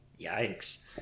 Yikes